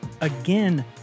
again